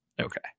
Okay